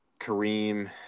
Kareem